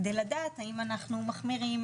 כדי לדעת האם אנחנו מחמירים,